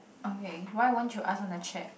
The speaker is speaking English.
okay why won't you ask on the chat